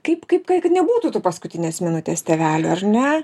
kaip kaip kaip kad nebūtų tų paskutinės minutės tėvelių ar ne